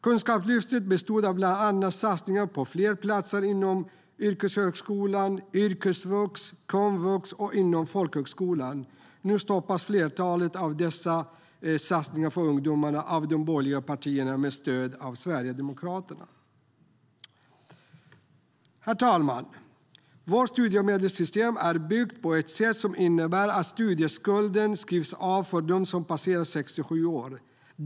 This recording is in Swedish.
Kunskapslyftet bestod av bland annat satsningar på fler platser inom yrkeshögskolan, yrkesvux, komvux och folkhögskolan. Nu stoppas flertalet av dessa satsningar på ungdomarna av de borgerliga partierna med stöd av Sverigedemokraterna. Vårt studiemedelssystem är uppbyggt på ett sätt som innebär att studieskulden skrivs av för dem som passerat 67 år.